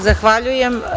Zahvaljujem.